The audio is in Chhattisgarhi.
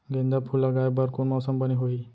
गेंदा फूल लगाए बर कोन मौसम बने होही?